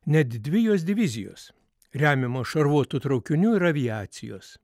net dvi jos divizijos remiamos šarvuotų traukinių ir aviacijos